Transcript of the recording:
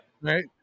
right